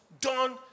done